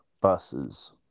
buses